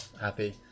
happy